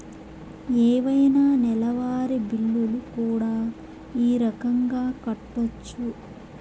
ఏవైనా నెలవారి బిల్లులు కూడా ఈ రకంగా కట్టొచ్చు